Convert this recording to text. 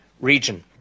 region